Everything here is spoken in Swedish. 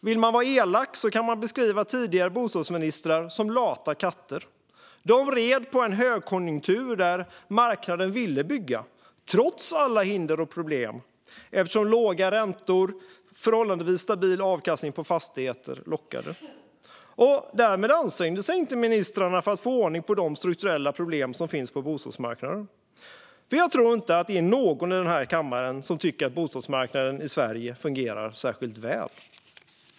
Vill man vara elak kan man beskriva tidigare bostadsministrar som lata katter. De red på en högkonjunktur där marknaden ville bygga trots alla hinder och problem, eftersom låga räntor och förhållandevis stabil avkastning på fastigheter lockade. Därmed ansträngde sig inte ministrarna för att få ordning på de strukturella problem som finns på bostadsmarknaden. Jag tror inte att någon i den här kammaren tycker att bostadsmarknaden i Sverige fungerar särskilt väl.